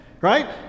Right